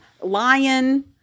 Lion